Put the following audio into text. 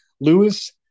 Lewis